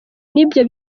n’ibyo